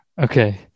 Okay